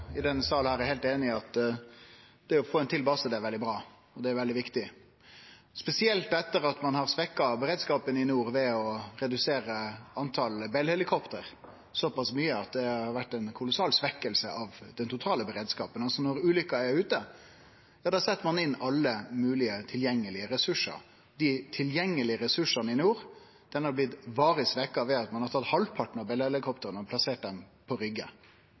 i denne salen er heilt einige i at det å få ein base til er veldig bra. Det er veldig viktig, spesielt etter at ein har svekt beredskapen i nord ved å redusere talet på Bell-helikopter så pass mykje at det har blitt ei kolossal svekking av den totale beredskapen. Når ulukka er ute, set ein inn alle moglege tilgjengelege ressursar. Dei tilgjengelege ressursane i nord er blitt varig svekte ved at ein har tatt halvparten av Bell-helikoptra og plassert dei på Rygge.